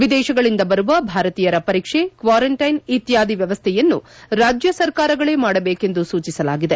ವಿದೇಶಗಳಿಂದ ಬರುವ ಭಾರತೀಯರ ಪರೀಕ್ಷೆ ಕ್ವಾರಂಟೈನ್ ಇತ್ಯಾದಿ ವ್ಯವಸ್ಥೆಯನ್ನು ರಾಜ್ಯ ಸರ್ಕಾರಗಳೇ ಮಾಡಬೇಕೆಂದು ಸೂಚಿಸಲಾಗಿದೆ